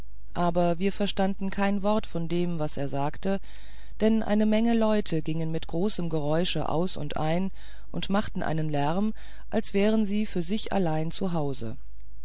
aber verstanden kein wort von dem was er sagte denn eine menge leute gingen mit großen geräusche aus und ein und machten einen lärm als wären sie für sich allein